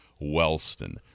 Wellston